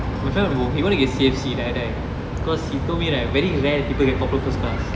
my friend bro he want to get C_F_C die die cause he told me right very rare people get corporal first class